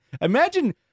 Imagine